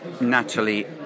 natalie